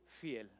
fiel